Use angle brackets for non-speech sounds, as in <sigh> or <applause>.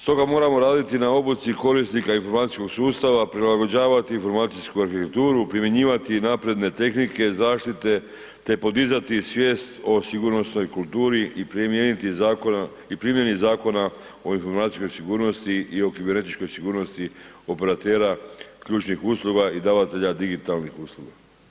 Stoga moramo raditi na obuci korisnika informacijskog sustava, prilagođavati informacijsku ... <unintelligible> primjenjivati napredne tehnike zaštite te podizati svijest o sigurnosnoj kulturi i primijeni Zakona o informacijskoj sigurnosti i o kibernetičkoj sigurnosti operatera ključnih usluga i davatelja digitalnih usluga.